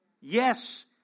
Yes